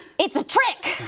it's a trick,